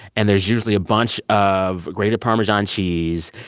and there's usually a bunch of grated parmesan cheese,